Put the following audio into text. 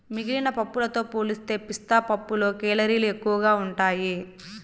మిగిలిన పప్పులతో పోలిస్తే పిస్తా పప్పులో కేలరీలు ఎక్కువగా ఉంటాయి